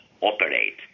operate